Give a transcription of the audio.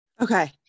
okay